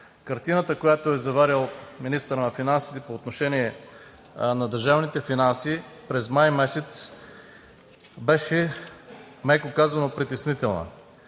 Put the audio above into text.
Картината, която е заварил министърът на финансите по отношение на държавните финанси през май месец беше, меко казано, притеснителна.